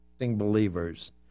believers